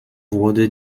wurde